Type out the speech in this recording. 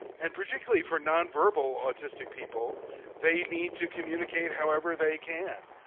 and particularly for nonverbal autistic people they need to communicate however they can.